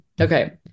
okay